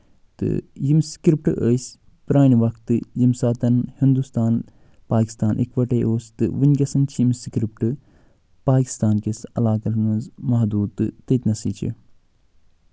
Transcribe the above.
تہٕ یِم سِکرِپٹ ٲسۍ پرانہِ وَقتہٕ ییٚمہِ ساتہٕ ہِندُستانَن پاکِستان اَکہٕ وَٹَے اوس تہٕ ؤنکیس چھِ یِم سِکرپٹ پاکِستان کِس علاقَس منٛز محدوٗد تہٕ تٔتۍ نٮ۪سٕے چھِ